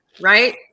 right